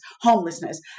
homelessness